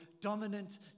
dominant